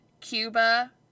Cuba